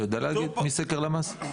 אתה יודע להגיד מסקר למ"ס?